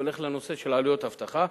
הולך לנושא של עלויות אבטחה.